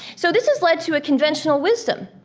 so this has led to a conventional wisdom.